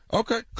okay